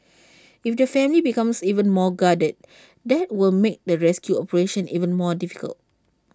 if the family becomes even more guarded that will make the rescue operation even more difficult